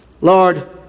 Lord